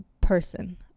person